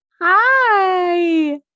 Hi